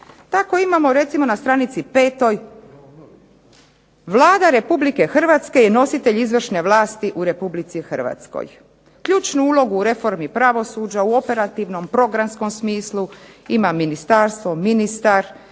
Tako imamo recimo na str. 5. Vlada Republike Hrvatske je nositelj izvršne vlasti u RH. Ključnu ulogu u reformi pravosuđa, u operativnom, programskom smislu ima ministarstvo, ministar,